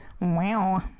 wow